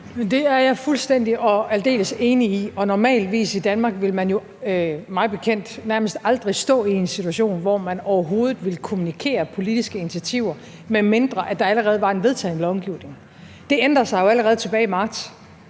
Det er jeg fuldstændig og aldeles enig i, og normalvis i Danmark ville man jo, mig bekendt, nærmest aldrig stå i en situation, hvor man overhovedet ville kommunikere politiske initiativer, medmindre der allerede var en vedtagen lovgivning. Det ændrer sig jo allerede tilbage i marts,